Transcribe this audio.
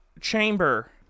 chamber